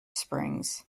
springs